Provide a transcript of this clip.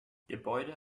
gebäude